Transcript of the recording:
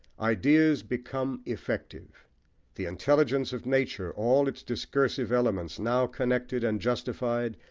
ideas become effective the intelligence of nature, all its discursive elements now connected and justified,